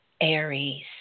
Aries